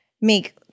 make